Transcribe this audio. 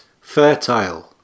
fertile